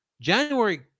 January